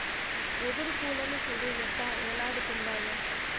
వెదురు పూలను సూడు ఎట్టా ఏలాడుతుండాయో